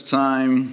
time